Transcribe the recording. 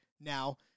now